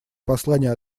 послание